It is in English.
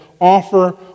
offer